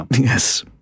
yes